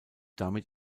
damit